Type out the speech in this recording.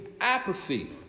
apathy